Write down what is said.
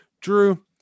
Drew